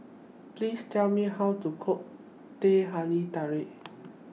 Please Tell Me How to Cook Teh Halia Tarik